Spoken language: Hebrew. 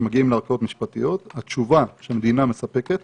כשמגיעים לערכאות משפטיות התשובה שהמדינה מספקת